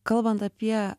kalbant apie